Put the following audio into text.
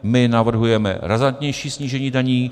My navrhujeme razantnější snížení daní.